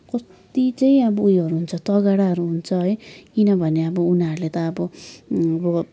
कति चाहिँ अब उयोहरू हुन्छ तगडाहरू हुन्छ है किनभने अब उनीहरूले त अब अब